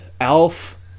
Alf